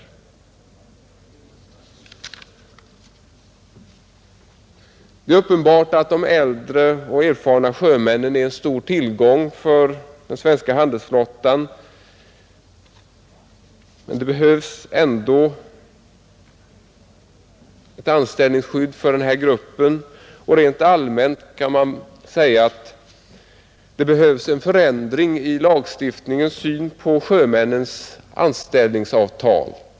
Det är uppenbart att de äldre och erfarna sjömännen är en stor tillgång för den svenska handelsflottan, men det behövs ändå ett anställningsskydd för den gruppen. Rent allmänt kan man säga att det behövs en förändring i lagstiftningens syn på sjömännens anställningsavtal.